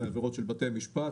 עבירות של בתי משפט,